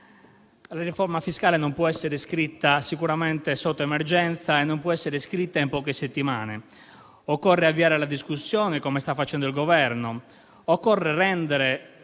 La riforma fiscale sicuramente non può essere scritta in emergenza e non può essere scritta in poche settimane. Occorre avviare la discussione, come sta facendo il Governo. Occorre rendere